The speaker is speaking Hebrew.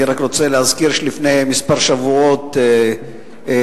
אני רק רוצה להזכיר שלפני כמה שבועות ניהלתי